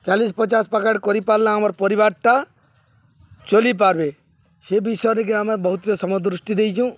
ଚାଲିଶ ପଚାଶ ପ୍ୟାକେଟ୍ କରିପାରିଲେ ଆମର ପରିବାରଟା ଚଲିପାର୍ବେ ସେ ବିଷୟରେ କିି ଆମେ ବହୁତଟେ ସମ ଦୃଷ୍ଟି ଦେଇଛୁଁ